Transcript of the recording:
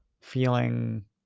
feeling